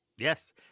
Yes